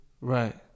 Right